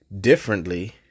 differently